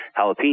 jalapeno